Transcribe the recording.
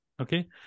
okay